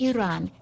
Iran